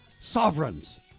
sovereigns